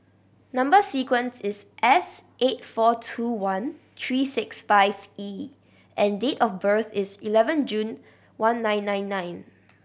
number sequence is S eight four two one three six five E and date of birth is eleven June one nine nine nine